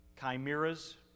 chimeras